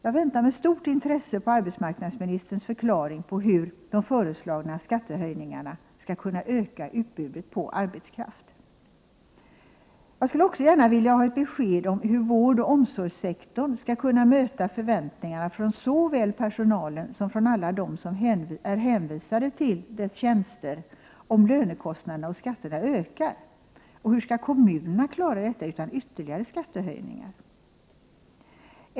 Jag väntar med stort intresse på arbetsmarknadsministerns förklaring av hur de föreslagna skattehöjningarna skall kunna öka utbudet på arbetskraft. Jag skulle också gärna vilja ha ett besked om hur vårdoch omsorgssektorn skall kunna möta förväntningarna från såväl personalen som från alla dem som är hänvisade till dess tjänster, om lönekostnaderna och skatterna ökar. Hur skall kommunerna klara detta utan ytterligare skattehöjningar?